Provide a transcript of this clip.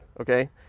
Okay